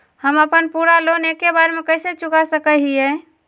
हम अपन पूरा लोन एके बार में कैसे चुका सकई हियई?